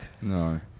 No